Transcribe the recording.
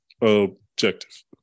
objective